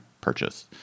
purchase